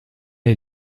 est